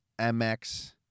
MX